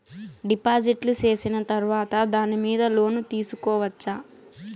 డిపాజిట్లు సేసిన తర్వాత దాని మీద లోను తీసుకోవచ్చా?